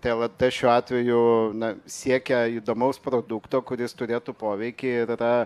tai lrt šiuo atveju na siekia įdomaus produkto kuris turėtų poveikį ir yra